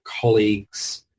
colleagues